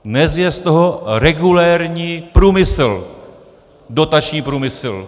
Dnes je z toho regulérní průmysl, dotační průmysl.